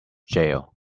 jail